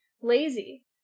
Lazy